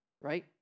right